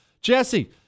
Jesse